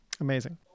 Amazing